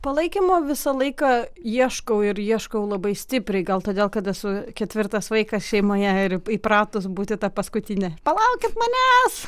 palaikymo visą laiką ieškau ir ieškau labai stipriai gal todėl kad esu ketvirtas vaikas šeimoje ir įpratus būti ta paskutinė palaukit manęs